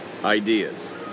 ideas